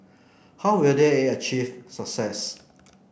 how will they achieve success